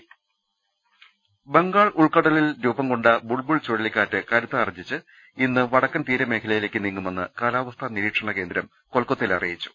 ദർവ്വെടു ബംഗാൾ ഉൾക്കടലിൽ രൂപംകൊണ്ട ബുൾബുൾ ചുഴലിക്കാറ്റ് കരു ത്താർജ്ജിച്ച് ഇന്ന് വടക്കൻ തീരമേഖലയിലേക്ക് നീങ്ങുമെന്ന് കാലാവസ്ഥാ നിരീക്ഷണ കേന്ദ്രം കൊൽക്കത്തയിൽ അറിയിച്ചു